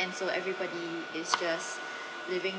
and so everybody is just living